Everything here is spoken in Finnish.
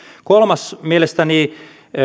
kolmas mielestäni